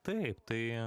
taip tai